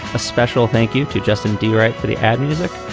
a special thank you to justin direct for the ad music.